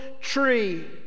tree